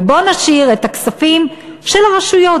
בוא ונשאיר את הכספים של הרשויות,